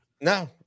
no